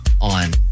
on